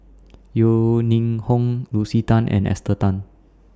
Yeo Ning Hong Lucy Tan and Esther Tan